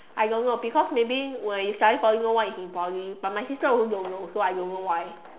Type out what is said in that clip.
I don't know because maybe when you study Poly no one is in Poly but sister also don't know so I don't know why